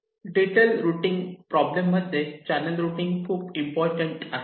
detail routing problem मध्ये channel routing खूप important आहे